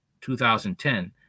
2010